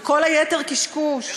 וכל היתר קשקוש.